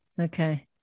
Okay